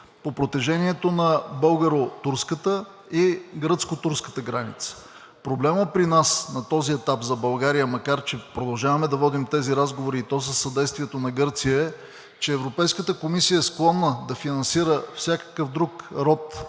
по протежение на българо-турската и гръцко-турската граница. Проблемът при нас на този етап за България, макар че продължаваме да водим тези разговори, и то със съдействието на Гърция, е, че Европейската комисия е склонна да финансира всякакъв друг род